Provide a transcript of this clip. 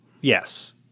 Yes